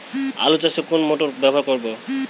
আলু চাষে কোন মোটর ব্যবহার করব?